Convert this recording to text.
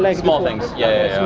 like small things? yeah,